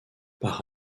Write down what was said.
par